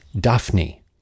Daphne